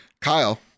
kyle